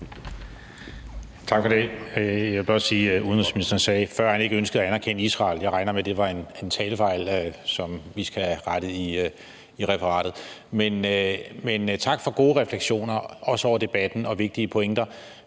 Tak for det. Jeg vil blot sige: Udenrigsministeren sagde før, at han ikke ønskede at anerkende Israel. Jeg regner med, at det var en talefejl, som vi skal have rettet i referatet. Men tak for gode refleksioner, også over debatten og vigtige pointer.